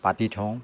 পাতি থওঁ